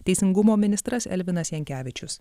teisingumo ministras elvinas jankevičius